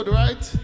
right